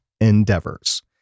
endeavors